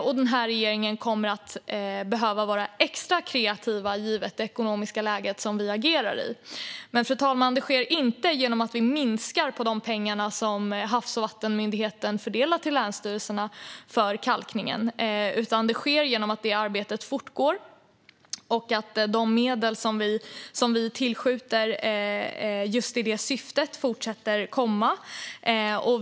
Och denna regering kommer att behöva vara extra kreativ givet det ekonomiska läge som vi agerar i. Men, fru talman, det sker inte genom att vi minskar de pengar som Havs och vattenmyndigheten fördelar till länsstyrelserna för kalkningen, utan det sker genom att detta arbete fortgår och att de medel som vi tillskjuter just i detta syfte fortsätter att komma.